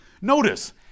Notice